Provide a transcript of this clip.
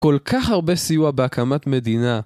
כל כך הרבה סיוע בהקמת מדינה.